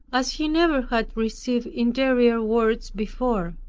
as he never had received interior words before.